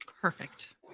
Perfect